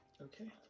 okay